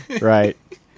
Right